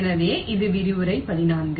எனவே இது விரிவுரை 14